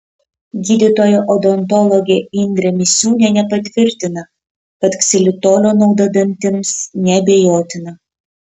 gydytoja odontologė indrė misiūnienė patvirtina kad ksilitolio nauda dantims neabejotina